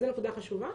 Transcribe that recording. זאת נקודה חשובה.